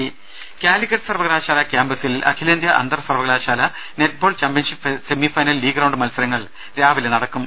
ദേദ കാലിക്കറ്റ് സർവകലാശാല ക്യാംപസിൽ അഖിലേന്ത്യാ അന്തർസർവകലാശാല netball championship semifinal league round മത്സരങ്ങൾ രാവിലെ നടക്കും